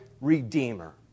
Redeemer